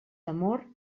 amor